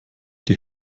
die